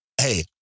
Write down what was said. Hey